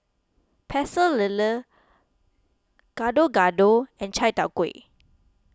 Pecel Lele Gado Gado and Chai Tow Kuay